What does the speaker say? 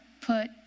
put